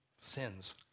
sins